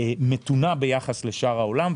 מתונה ביחס לשאר העולם,